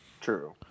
True